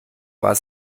war